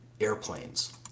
airplanes